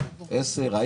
10 בבוקר,